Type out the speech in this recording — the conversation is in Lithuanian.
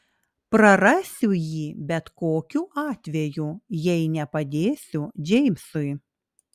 prarasiu jį bet kokiu atveju jei nepadėsiu džeimsui